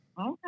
Okay